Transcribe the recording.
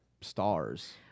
stars